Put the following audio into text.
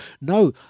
No